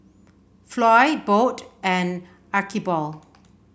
Floy Bode and Archibald